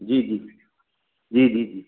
जी जी जी जी जी